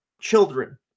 children